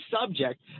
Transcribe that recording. subject